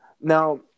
Now